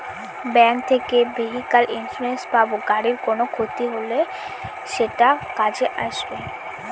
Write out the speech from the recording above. bank থেকে vehicle insurance পাব গাড়ির কোনো ক্ষতি হলে সেটা কাজে আসবে